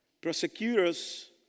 Prosecutors